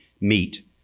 meet